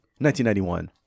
1991